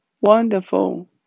wonderful